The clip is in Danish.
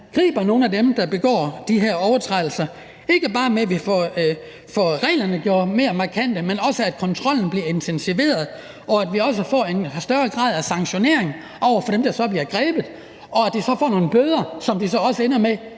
griber nogle af dem, der begår de her overtrædelser. Det handler ikke bare om, at vi får gjort reglerne mere markante, men også at kontrollen bliver intensiveret, og at vi også får en større grad af sanktionering over for dem, der så bliver grebet, og at de så får nogle bøder, som de så også ender med